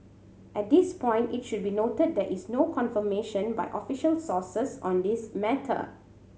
at this point it should be noted that is no confirmation by official sources on this matter